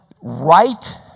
right